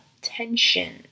tension